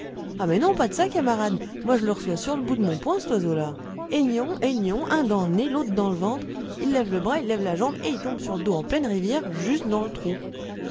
ah mais non pas de ça camarade moi je le reçois sur le bout de mon poing cet oiseau là et gnon et gnon un dans le nez l'autre dans le ventre il lève les bras il lève la jambe et il tombe sur le dos en pleine rivière juste dans l'trou